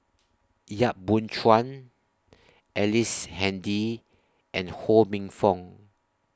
Yap Boon Chuan Ellice Handy and Ho Minfong